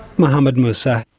muhammed musa.